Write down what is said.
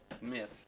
myth